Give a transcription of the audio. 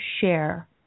share